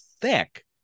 thick